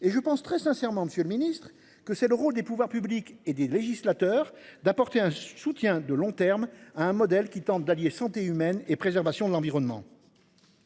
et je pense très sincèrement, Monsieur le Ministre, que c'est le rôle des pouvoirs publics et des législateurs d'apporter un soutien de long terme à un modèle qui tente d'allier santé humaine et préservation de l'environnement.